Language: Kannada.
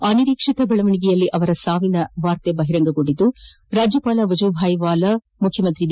ಅನಿರೀಕ್ಷಿತ ಬೆಳವಣೆಗೆಯಲ್ಲಿ ಅವರ ಸಾವಿನ ವಾರ್ತೆ ಬಹಿರಂಗಗೊಂಡಿದ್ದು ರಾಜ್ಯಪಾಲ ವಜೂಭಾಯ್ ವಾಲಾ ಮುಖ್ಯಮಂತ್ರಿ ಬಿ